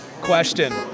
Question